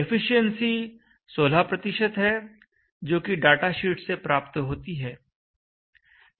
efficiency 16 है जो कि डाटाशीट से प्राप्त होती है